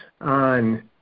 on